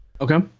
okay